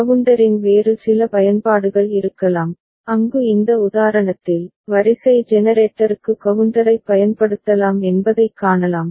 கவுண்டரின் வேறு சில பயன்பாடுகள் இருக்கலாம் அங்கு இந்த உதாரணத்தில் வரிசை ஜெனரேட்டருக்கு கவுண்டரைப் பயன்படுத்தலாம் என்பதைக் காணலாம்